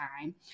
time